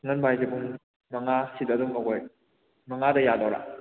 ꯉꯟꯕ ꯍꯥꯏꯗꯤ ꯄꯨꯡ ꯃꯉꯥ ꯁꯤꯗ ꯑꯗꯨꯝ ꯑꯩꯈꯣꯏ ꯃꯉꯥꯗ ꯌꯥꯗꯣꯏꯔꯥ